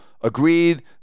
agreed